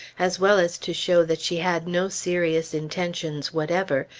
as well as to show that she had no serious intentions whatever,